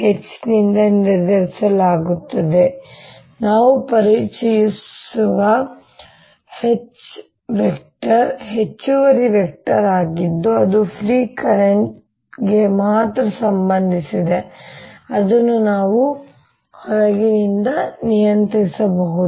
H ನಿಂದ ನಿರ್ಧರಿಸಲಾಗುತ್ತದೆ ನಾವು ಪರಿಚಯಿಸುವ H ಹೆಚ್ಚುವರಿ ವೆಕ್ಟರ್ ಆಗಿದ್ದು ಅದು ಫ್ರೀ ಕರೆಂಟ್ಗೆ ಮಾತ್ರ ಸಂಬಂಧಿಸಿದೆ ಅದನ್ನು ನಾವು ಹೊರಗಿನಿಂದ ನಿಯಂತ್ರಿಸಬಹುದು